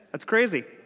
that's crazy.